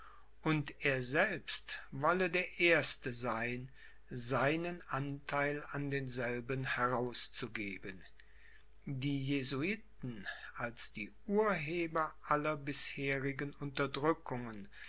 und er selbst wolle der erste sein seinen antheil an denselben herauszugeben die jesuiten als die urheber aller bisherigen unterdrückungen